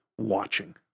watching